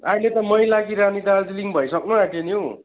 अहिले त मैलाकी रानी दार्जिलिङ भइसक्नु आँट्यो नि हौ